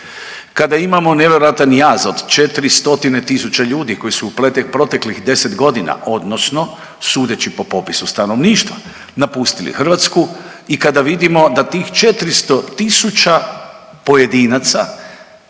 Kada imamo nevjerojatan jaz od 4 stotine tisuća ljudi koji su u proteklih 10 godina odnosno sudeći po popisu stanovništva napustili Hrvatsku i kada vidimo da tih 400.000 pojedinaca